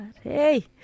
hey